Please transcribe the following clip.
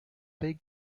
big